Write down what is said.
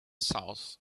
south